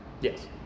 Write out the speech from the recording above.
Yes